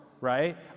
right